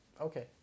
Okay